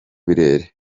birere